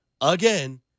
again